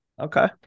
Okay